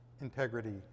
integrity